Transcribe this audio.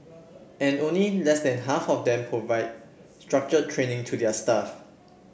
and only less than half of them provide structured training to their staff